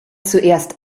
zuerst